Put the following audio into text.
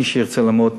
מי שירצה ללמוד,